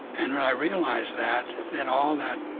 and when i realized that, then all that